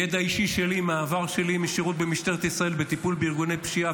ידע אישי שלי מהעבר שלי משירות במשטרת ישראל בטיפול בארגוני פשיעה,